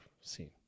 seen